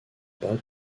bas